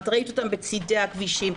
ראית אותם בצדי הכבישים,